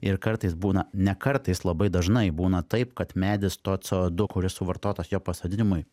ir kartais būna ne kartais labai dažnai būna taip kad medis to co du kuris suvartotas jo pasodinimui